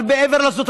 אבל מעבר לזאת,